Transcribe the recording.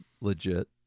legit